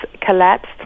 collapsed